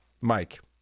Mike